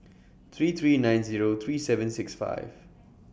three three nine Zero three seven six five